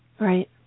Right